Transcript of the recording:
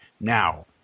now